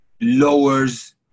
lowers